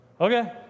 Okay